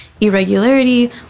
irregularity